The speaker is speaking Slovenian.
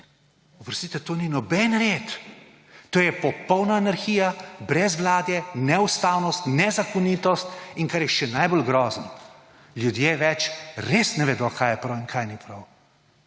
Oprostite, to ni noben red, to je popolna anarhija, brezvladje, neustavnost, nezakonitost. In kar je še najbolj grozno, ljudje več res ne vedo, kaj je prav in kaj ni prav.